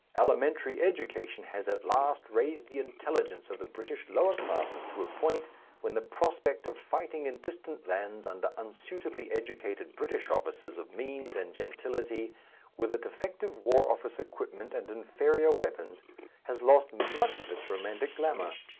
elementary education has at last raised the intelligence of the british lower classes to a point when the prospect of fighting in distant lands under unsuitably educated british officers of means and gentility with a defective war office equipment and inferior weapons has lost much of its romantic glamour.